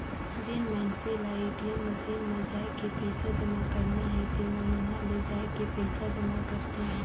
जेन मइनसे ल ए.टी.एम मसीन म जायके पइसा जमा करना हे तेमन उंहा ले जायके पइसा जमा करथे